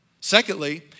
Secondly